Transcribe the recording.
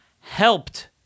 helped